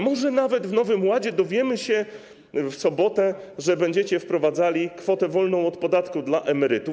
Może nawet w nowym ładzie, dowiemy się w sobotę, będziecie wprowadzali kwotę wolną od podatku dla emerytów.